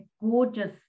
gorgeous